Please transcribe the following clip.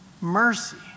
mercy